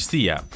Sia